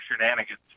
shenanigans